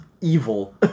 evil